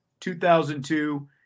2002